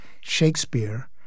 Shakespeare